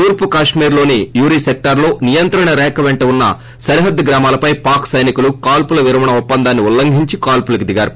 తూర్పు కెక్కిర్ లోని ఉరి సెక్టారులో నియంత్రణ రేఖ పెంట ఉన్న సరిహద్దు గ్రామాలపై పాక్ సైనికులు కాల్సుల విరమణ ఒప్పందాన్ని ఉల్లంఘించి కాల్సులకు దిగారు